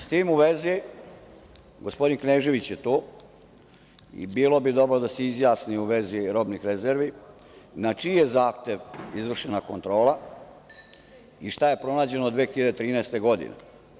S tim u vezi, gospodin Knežević je tu, bilo bi dobro da se izjasni u vezi robnih rezervi, na čiji je zahtev izvršena kontrola i šta je pronađeno 2013. godine?